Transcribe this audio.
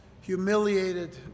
humiliated